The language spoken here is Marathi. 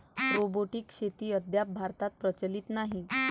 रोबोटिक शेती अद्याप भारतात प्रचलित नाही